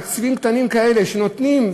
תקציבים קטנים כאלה שנותנים,